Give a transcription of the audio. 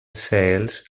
sales